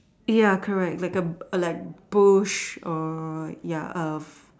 ya correct like like a bush or